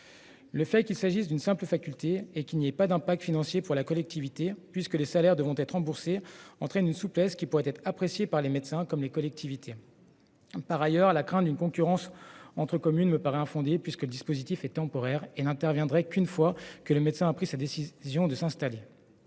Le fait qu'il s'agisse d'une simple faculté et qu'il n'y ait pas d'impact financier pour la collectivité puisque les salaires devront être remboursés engendre une souplesse qui pourrait être appréciée par les médecins, comme par les collectivités. Par ailleurs, la crainte d'une concurrence entre communes me paraît infondée, dès lors que le dispositif est temporaire et qu'il interviendrait seulement après la prise de décision d'installation